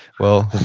well,